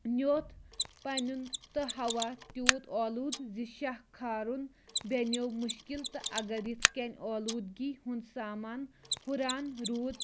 نوٚتھ پَنُن تہٕ ہوا تیوٗت اولوٗد زِ شاہ کھارُن بینیو مُشکِل تہٕ اگر یِتھ کَنہِ اولوٗدگی ہُنٛد سامان ہُران روٗد